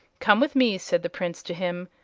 come with me, said the prince to him.